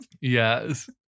Yes